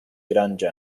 grand